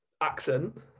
accent